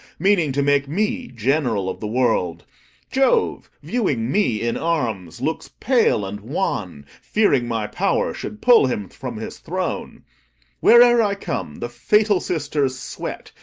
meaning to make me general of the world jove, viewing me in arms, looks pale and wan, fearing my power should pull him from his throne where'er i come the fatal sisters sweat,